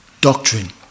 doctrine